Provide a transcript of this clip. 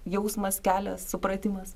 jausmas kelias supratimas